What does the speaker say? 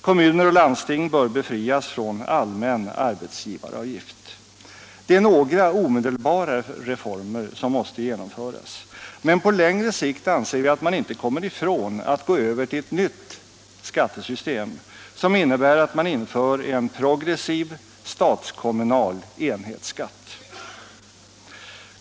Kommuner och landsting bör befrias från allmän arbetsgivaravgift. Detta är några omedelbara reformer som måste genomföras. Men på längre sikt anser vi att man inte kommer ifrån att gå över till ett nytt skattesystem, som innebär att man inför en progressiv statskommunal enhetsskatt.